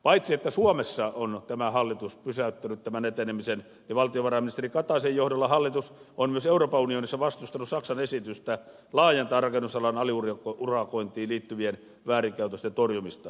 paitsi että suomessa on tämä hallitus pysäyttänyt tämän etenemisen valtiovarainministeri kataisen johdolla hallitus on myös euroopan unionissa vastustanut saksan esitystä laajentaa rakennusalan aliurakointiin liittyvien väärinkäytösten torjumista